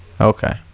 Okay